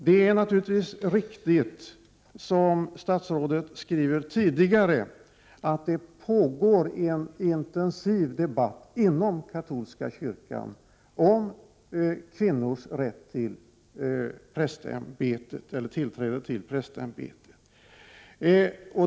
Det är naturligtvis riktigt som statsrådet säger tidigare, att det pågår en intensiv debatt inom katolska kyrkan om kvinnors tillträde till prästämbetet.